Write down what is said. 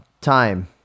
time